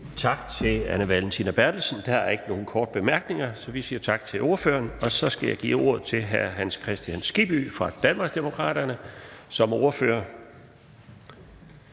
Tak til fru Anne Valentina Berthelsen. Der er ikke nogen korte bemærkninger, så vi siger tak til ordføreren. Så skal jeg give ordet til hr. Hans Kristian Skibby som ordfører for Danmarksdemokraterne. Værsgo.